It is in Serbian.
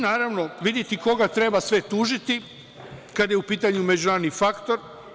Naravno, videti koga sve treba tužiti kada je u pitanju međunarodni faktor.